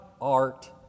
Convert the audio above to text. art